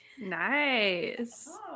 nice